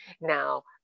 Now